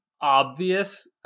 obvious